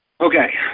okay